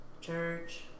church